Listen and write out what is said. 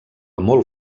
molt